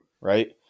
Right